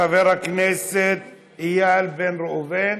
חבר הכנסת איל בן ראובן,